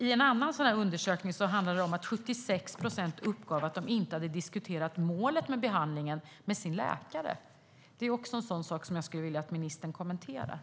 I en annan undersökning uppgav 76 procent att de inte har diskuterat målet med behandlingen med sin läkare. Det är också en sådan sak som jag skulle vilja att ministern kommenterar.